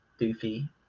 Doofy